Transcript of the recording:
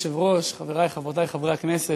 אדוני היושב-ראש, חברי וחברותי חברי הכנסת,